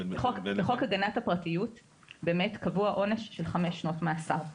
בחוק הגנת הפרטיות קבוע עונש של חמש שנות מאסר,